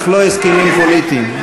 אך לא הסכמים פוליטיים.